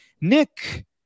Nick